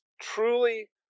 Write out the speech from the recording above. truly